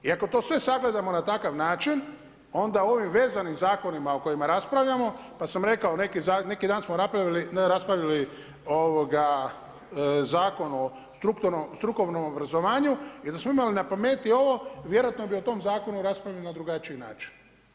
I ako to sve sagledamo na takav način onda ovim vezanim zakonima o kojima raspravljamo, pa sam rekao, neki dan smo raspravili Zakon o strukovnom obrazovanju i da smo imali na pameti ovo vjerojatno bi o tom zakonu raspravili na drugačiji način.